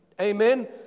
Amen